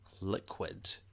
liquid